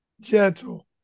gentle